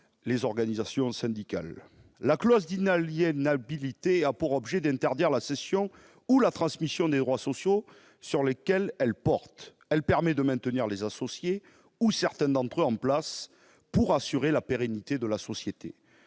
les organisations syndicales. La clause d'inaliénabilité a pour objet d'interdire la cession ou la transmission des droits sociaux sur lesquels elle porte. Elle permet le maintien des associés ou de certains d'entre eux pour assurer la pérennité de la société.